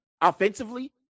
offensively